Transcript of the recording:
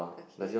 okay